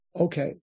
okay